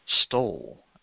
stole